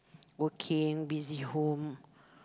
working busy home